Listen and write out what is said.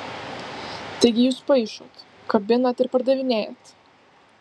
taigi jūs paišot kabinat ir pardavinėjat